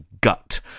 gut